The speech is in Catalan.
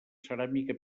ceràmica